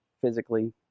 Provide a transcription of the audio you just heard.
physically